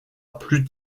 plus